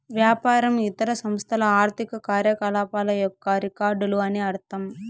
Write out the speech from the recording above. వ్యాపారం ఇతర సంస్థల ఆర్థిక కార్యకలాపాల యొక్క రికార్డులు అని అర్థం